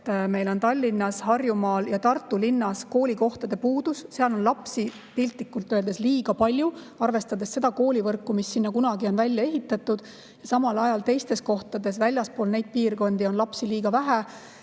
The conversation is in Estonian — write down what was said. meil on Tallinnas, Harjumaal ja Tartu linnas koolikohtade puudus, seal on lapsi piltlikult öeldes liiga palju, arvestades seda koolivõrku, mis sinna kunagi on välja ehitatud, samal ajal teistes kohtades väljaspool neid piirkondi on lapsi liiga vähe.